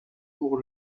pour